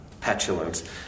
petulant